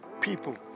people